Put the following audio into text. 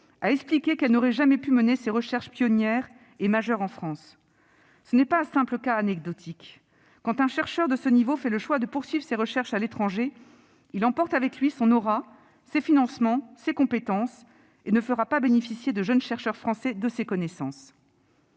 a expliqué qu'elle n'aurait jamais pu mener ses recherches pionnières et majeures en France. Ce cas ne relève pas de la simple anecdote : quand un chercheur de ce niveau fait le choix de poursuivre ses recherches à l'étranger, il emporte avec lui son aura, ses financements, ses compétences ; il ne fera pas bénéficier les jeunes chercheurs français de ses connaissances.